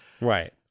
Right